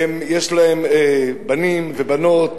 יש להם בנים ובנות,